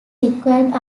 required